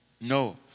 No